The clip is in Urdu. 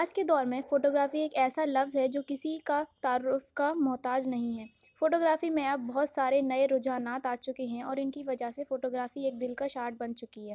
آج کے دور میں فوٹوگرافی ایک ایسا لفظ ہے جو کسی کا تعارف کا محتاج نہیں ہے فوٹوگرافی میں اب بہت سارے نئے رجحانات آ چکے ہیں اور ان کی وجہ سے فوٹوگرافی ایک دلکش آرٹ بن چکی ہے